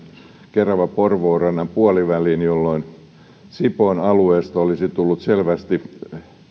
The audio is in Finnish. kerava porvoo radan puoliväliin jolloin sipoon alueesta olisi tullut selvästi